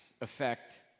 affect